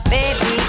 Baby